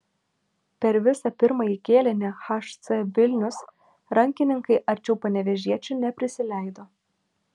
per visą pirmąjį kėlinį hc vilnius rankininkai arčiau panevėžiečių neprisileido